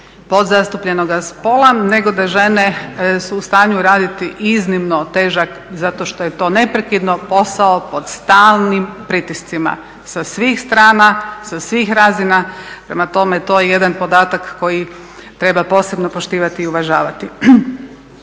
podzastupljenoga spola nego da su žene u stanju raditi iznimno težak zato što je to neprekidno posao pod stalnim pritiscima sa svih strana, sa svih razina. Prema tome to je jedan podatak koji treba posebno poštivati i uvažavati.